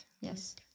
Yes